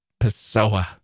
Pessoa